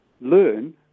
learn